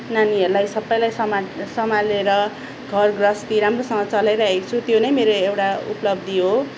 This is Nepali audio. नानीहरूलाई सबैलाई सम्हा सम्हालेर घर गृहस्ती राम्रोसँगले चलाइरहेको छु त्यो नै मेरो एउटा उपलब्धि हो